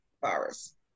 virus